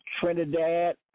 Trinidad